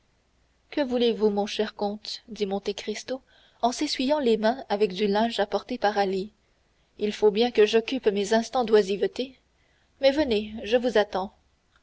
que voulez-vous mon cher vicomte dit monte cristo en s'essuyant les mains avec du linge apporté par ali il faut bien que j'occupe mes instants d'oisiveté mais venez je vous attends